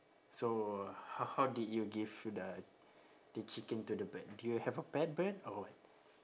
so h~ how did you give the the chicken to the bird do you have a pet bird or what